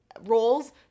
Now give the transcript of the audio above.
roles